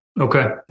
Okay